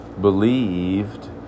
believed